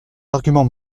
arguments